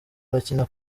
arakina